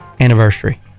anniversary